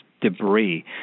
debris